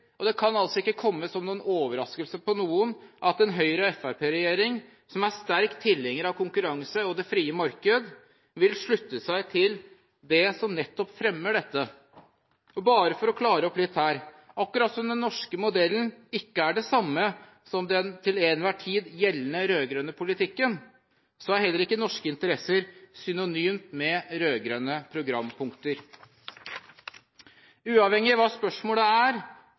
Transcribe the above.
Det kan ikke komme som noen overraskelse på noen at en Høyre–Fremskrittsparti-regjering, som er sterk tilhenger av konkurranse og det frie marked, vil slutte seg til det som nettopp fremmer dette. Bare for å klare opp litt her: Akkurat som den norske modellen ikke er det samme som den til enhver tid gjeldende rød-grønne politikken, er heller ikke norske interesser synonymt med rød-grønne programpunkter. Uavhengig av hva spørsmålet er,